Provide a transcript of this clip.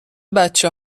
بچه